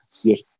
Yes